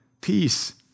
peace